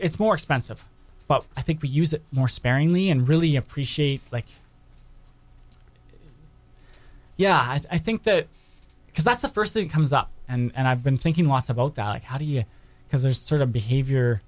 it's more expensive but i think we use it more sparingly and really appreciate like yeah i think that because that's the first thing comes up and i've been thinking lots of how do you because there's sort of behavior